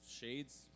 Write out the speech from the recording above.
Shades